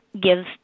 give